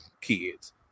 kids